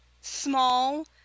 small